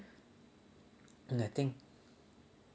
nothing